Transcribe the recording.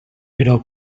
però